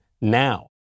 now